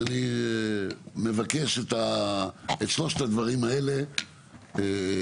אז אני מבקש את שלושת הדברים האלה לעשות,